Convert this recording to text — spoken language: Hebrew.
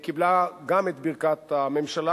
היא קיבלה גם את ברכת הממשלה,